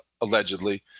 allegedly